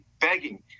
begging